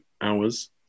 hours